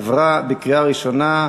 אחד נמנע,